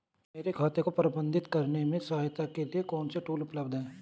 मेरे खाते को प्रबंधित करने में सहायता के लिए कौन से टूल उपलब्ध हैं?